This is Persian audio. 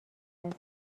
است